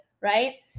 right